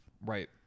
Right